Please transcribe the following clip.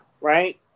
right